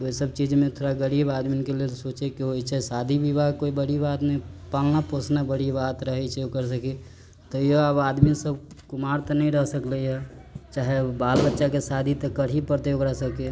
त ओइसब चीज मे थोड़ा गरीब आदमी के लेल सोचै के होइ छै शादी विवाह कोइ बड़ी बात नै पालना पोषना बड़ी बात रहै छै ओकरसबके तैयो आब आदमी सब कुमार त नै रह सकलैय चाहे बाल बच्चा के शादी त करही परतै ओकरासबके